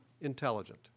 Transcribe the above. intelligent